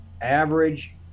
average